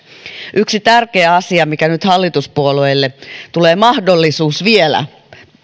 yksi tärkeä asia mihin nyt hallituspuolueille tulee mahdollisuus vielä